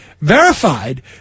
verified